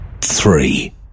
Three